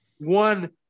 one